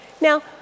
Now